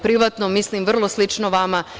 Privatno mislim vrlo slično vama.